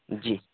جی